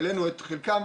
העלינו את חלקן,